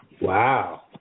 Wow